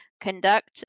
conduct